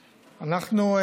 אנחנו,